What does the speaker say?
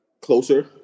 closer